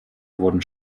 wurden